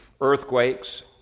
earthquakes